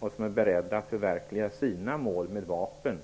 och som är beredda att förverkliga sina mål med vapen.